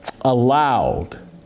allowed